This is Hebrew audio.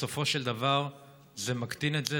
בסופו של דבר זה מקטין אותו.